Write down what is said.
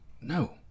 No